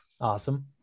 awesome